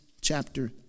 chapter